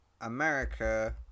America